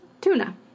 Tuna